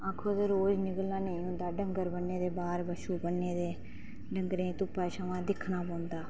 आक्खो ते रोज निकलना नेईं होंदा डंगर बने दे बाहर बच्छू बने दे डंगरें गी धुप्पा छामां दिक्खना पौंदा